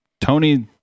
Tony